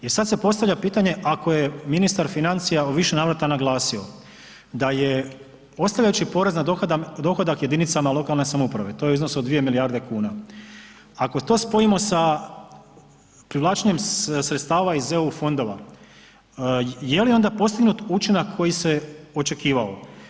I sada se postavlja pitanje, ako je ministar financija u više navrata naglasio da je postavljajući porez na dohodak jedinicama lokalne samouprave, to je iznos od dvije milijarde kuna, ako to spojimo sa privlačenjem sredstava iz eu fondova, jeli onda postignut učinak koji se očekivao?